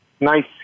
Nice